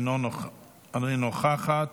אינה נוכחת,